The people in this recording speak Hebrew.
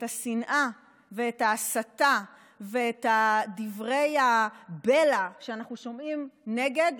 השנאה וההסתה ודברי הבלע שאנחנו שומעים נגד,